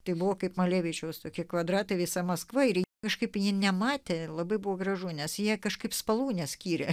tai buvo kaip malevičiaus tokie kvadratai visa maskva ir kažkaip ji nematė labai buvo gražu nes jie kažkaip spalvų neskyrė